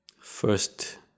first